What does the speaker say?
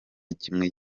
kimwe